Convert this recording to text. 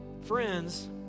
friends